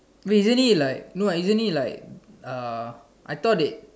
wait isn't it like isn't it like I thought they